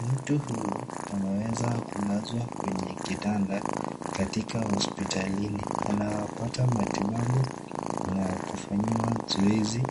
Mtu huyu ameweza kulazwa kwenye kitanda katika hospitalini, anapata matibabu na kufanyiwa zoezi